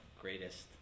greatest